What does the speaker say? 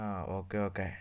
ആ okay okay